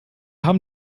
haben